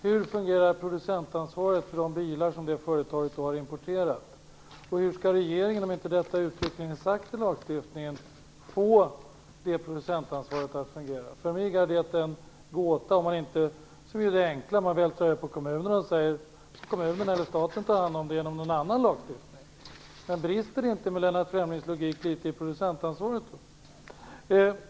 Hur fungerar producentansvaret för de bilar som detta företag har importerat? Hur skall regeringen, om inte detta uttryckligen sägs i lagstiftningen, få detta producentansvar att fungera? För mig är det en gåta, såvida man inte gör det lätt för sig, vältrar över det hela på kommunerna och säger att de eller staten tar hand om detta genom någon annan lagstiftning. Brister inte Lennart Fremlings logik litet när det gäller producentansvaret?